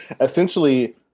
Essentially